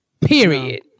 Period